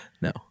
No